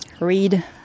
read